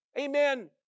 amen